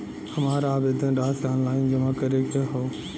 हमार आवेदन राशि ऑनलाइन जमा करे के हौ?